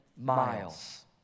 miles